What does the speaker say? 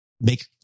make